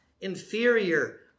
inferior